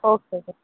okay